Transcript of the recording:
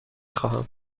خواهم